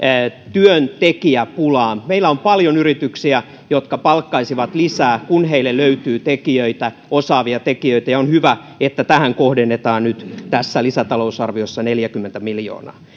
työntekijäpulaan meillä on paljon yrityksiä jotka palkkaisivat lisää kun heille löytyisi tekijöitä osaavia tekijöitä on hyvä että tähän kohdennetaan nyt tässä lisätalousarviossa neljäkymmentä miljoonaa